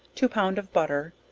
two pound of butter,